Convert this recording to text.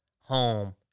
home